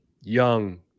young